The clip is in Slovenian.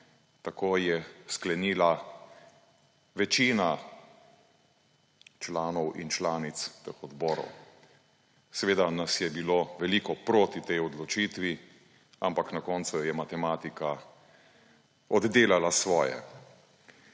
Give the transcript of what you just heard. tako je sklenila večina članov in članic teh odborov. Seveda nas je bilo veliko proti tej odločitvi, ampak na koncu je matematika oddelala svoje.